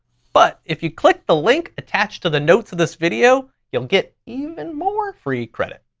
but if you click the link attached to the notes of this video, you'll get even more free credit.